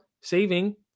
saving